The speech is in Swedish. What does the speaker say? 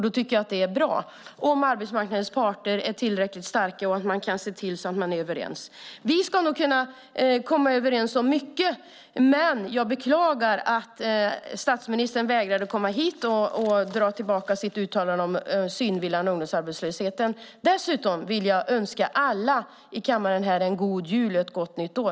Då tycker jag att det är bra - om arbetsmarknadens parter är tillräckligt starka och om man kan se till att man är överens. Vi ska nog kunna komma överens om mycket, men jag beklagar att statsministern vägrade att komma hit och dra tillbaka sitt uttalande om synvillan ungdomsarbetslösheten. Dessutom vill jag önska alla i kammaren en god jul och ett gott nytt år.